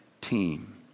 team